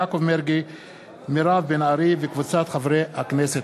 יעקב מרגי ומירב בן ארי וקבוצת חברי הכנסת.